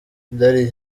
dady